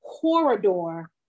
corridor